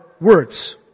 words